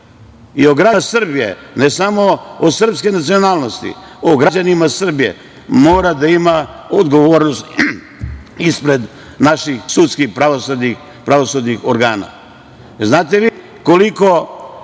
i o građanima Srbije, ne samo o srpskoj nacionalnosti, o građanima Srbije, mora da ima odgovornost ispred naših sudskih, pravosudnih organa. Znate li vi koliko